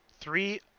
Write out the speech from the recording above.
three